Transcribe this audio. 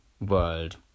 world